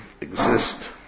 exist